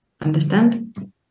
understand